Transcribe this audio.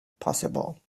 possible